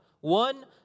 one